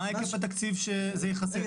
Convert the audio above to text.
מה היקף התקציב שזה יכסה?